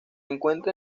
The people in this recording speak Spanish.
encuentra